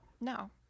No